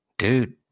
Dude